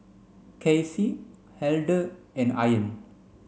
Kaycee Elder and Ian